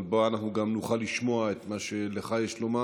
ובו אנחנו גם נוכל לשמוע את מה שלך יש לומר,